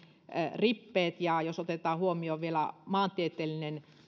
rippeet ja jos otetaan huomioon vielä maantieteellinen